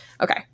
Okay